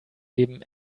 neben